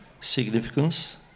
significance